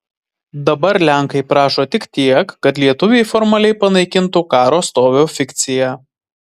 dabar lenkai prašo tik tiek kad lietuviai formaliai panaikintų karo stovio fikciją